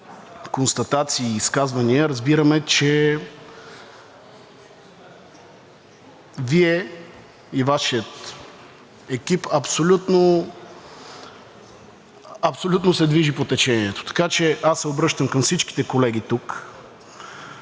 констатации и изказвания разбираме, че Вие и Вашият екип абсолютно се движите по течението. Така че аз се обръщам към всички колеги тук